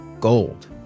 gold